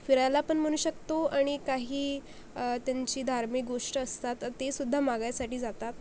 फिरायला पण म्हणू शकतो आणि काही त्यांची धार्मिक गोष्ट असतात तर तेसुद्धा मागायसाठी जातात